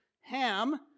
ham